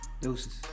Deuces